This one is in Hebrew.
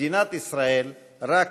מדינת ישראל רק